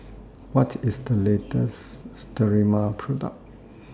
What IS The latest Sterimar Product